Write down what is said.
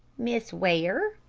miss ware?